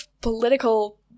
political